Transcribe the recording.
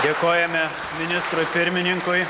dėkojame ministrui pirmininkui